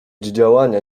działania